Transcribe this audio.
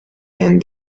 and